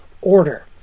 order